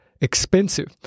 expensive